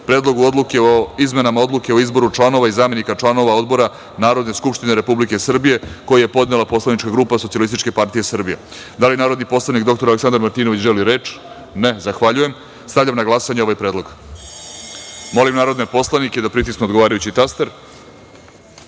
odluke o izmenama Odluke o izboru članova i zamenika članova Odbora Narodne skupštine Republike Srbije koji je podnela poslanička grupa SPS.Da li narodni poslanik dr Aleksandar Martinović želi reč? (Ne.)Zahvaljujem. Stavljam na glasanje ovaj predlog. Molim narodne poslanike da pritisnu odgovarajući